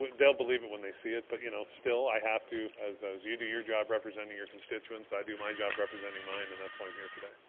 they'll believe it when they see it but you know still, i have to, as as you do your job representing your constituents, i do my job representing mine and that's why i'm here today.